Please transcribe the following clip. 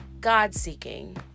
God-seeking